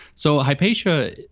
so hypatia,